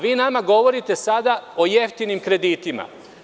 Vi nama govorite sada o jeftinim kreditima.